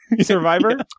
Survivor